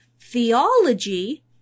theology